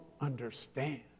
understand